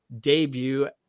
debut